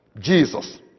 Jesus